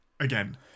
again